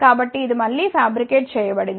కాబట్టి ఇది మళ్ళీ ఫ్యాబ్రికేట్ చేయబడింది